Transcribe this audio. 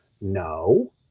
No